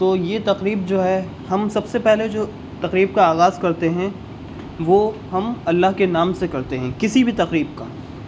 تو یہ تقریب جو ہے ہم سب سے پہلے جو تقریب کا آغاز کرتے ہیں وہ ہم اللہ کے نام سے کرتے ہیں کسی بھی تقریب کا